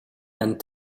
and